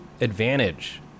advantage